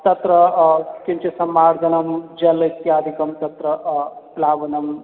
तत्र किञ्चित् सम्मार्जनं जलम् इत्यादिकं तत्र प्लावनम्